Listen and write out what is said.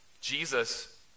Jesus